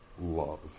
love